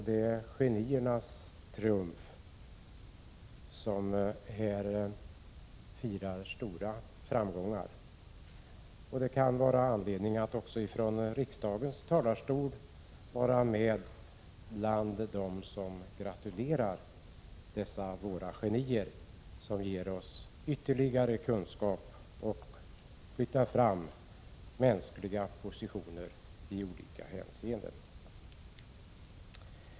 Det är geniernas triumfer som firas, och det kan vara anledning att också någon från riksdagens talarstol är med och gratulerar dem som ger oss ytterligare kunskap och flyttar fram mänsklighetens positioner i olika hänseenden.